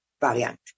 variant